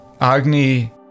Agni